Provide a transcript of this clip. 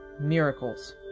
miracles